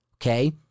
okay